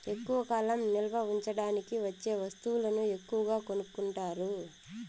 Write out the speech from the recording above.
ఎక్కువ కాలం నిల్వ ఉంచడానికి వచ్చే వస్తువులను ఎక్కువగా కొనుక్కుంటారు